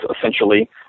essentially